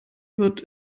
wird